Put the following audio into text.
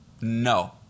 No